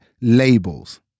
labels